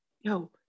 yo